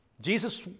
jesus